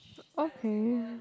okay